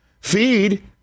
feed